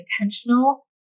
intentional